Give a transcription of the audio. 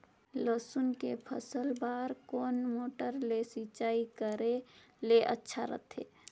लसुन के फसल बार कोन मोटर ले सिंचाई करे ले अच्छा रथे?